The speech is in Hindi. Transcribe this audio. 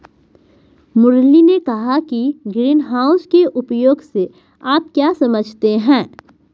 मुरली ने कहा कि ग्रीनहाउस के उपयोग से आप क्या समझते हैं?